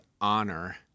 honor